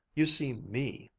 you see me,